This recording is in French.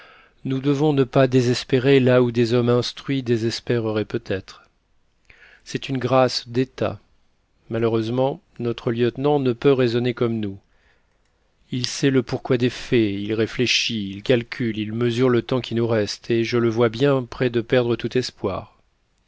nous devons ne pas désespérer là où des hommes instruits désespéreraient peut-être c'est une grâce d'état malheureusement notre lieutenant ne peut raisonner comme nous il sait le pourquoi des faits il réfléchit il calcule il mesure le temps qui nous reste et je le vois bien près de perdre tout espoir